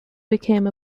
became